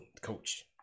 coach